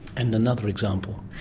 and another example?